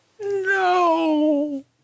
No